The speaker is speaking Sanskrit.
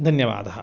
धन्यवादः